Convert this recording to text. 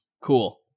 Cool